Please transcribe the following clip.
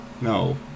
No